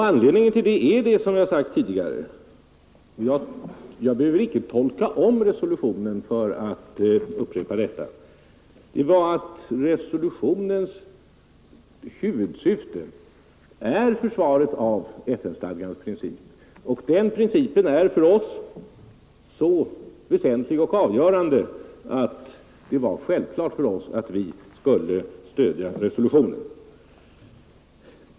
Anledningen därtill var, som jag sagt tidigare — jag behöver inte tolka om resolutionen för att upprepa detta — att resolutionens huvudsyfte är försvaret av FN-stadgans principer, och de principerna är för oss så väsentliga och avgörande att det var självklart för oss att stödja resolutionen.